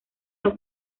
los